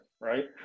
Right